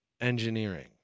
engineering